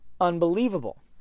unbelievable